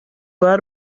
بار